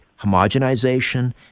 homogenization